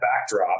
backdrop